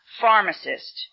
pharmacist